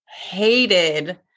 hated